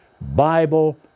Bible